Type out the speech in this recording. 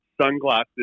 sunglasses